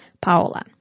Paola